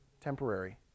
temporary